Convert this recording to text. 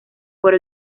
por